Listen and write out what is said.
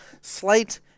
slight